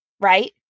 right